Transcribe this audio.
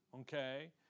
okay